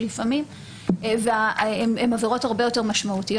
שהן לפעמים עבירות הרבה יותר משמעותיות.